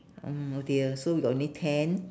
mm oh dear so we got only ten